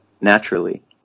naturally